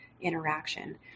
interaction